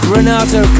Renato